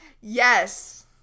Yes